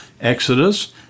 Exodus